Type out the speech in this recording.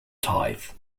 tight